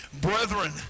brethren